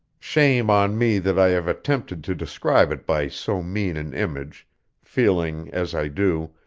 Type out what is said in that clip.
shame on me that i have attempted to describe it by so mean an image feeling, as i do,